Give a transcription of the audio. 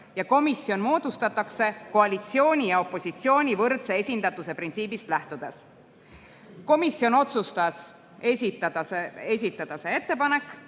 Komisjon moodustatakse koalitsiooni ja opositsiooni võrdse esindatuse printsiibist lähtudes." Komisjon otsustas selle ettepaneku